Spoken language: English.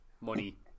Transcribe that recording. money